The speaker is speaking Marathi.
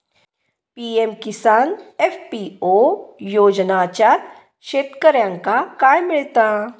पी.एम किसान एफ.पी.ओ योजनाच्यात शेतकऱ्यांका काय मिळता?